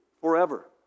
forever